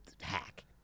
hack